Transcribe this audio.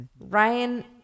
Ryan